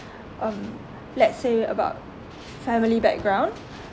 um let's say about family background